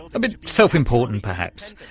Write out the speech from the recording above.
a bit self-important perhaps,